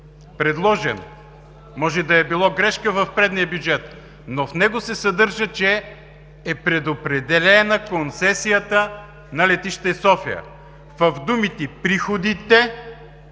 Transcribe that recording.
предложен. Може да е било грешка в предния бюджет, но в него се съдържа, че е предопределена концесията на Летище София в думите „приходите